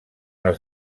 els